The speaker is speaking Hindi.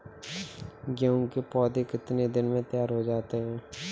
गेहूँ के पौधे कितने दिन में तैयार हो जाते हैं?